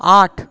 আট